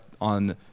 on